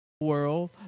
world